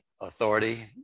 authority